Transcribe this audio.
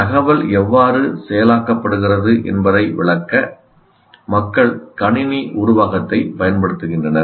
தகவல் எவ்வாறு செயலாக்கப்படுகிறது என்பதை விளக்க மக்கள் கணினி உருவகத்தைப் பயன்படுத்துகின்றனர்